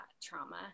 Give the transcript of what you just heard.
trauma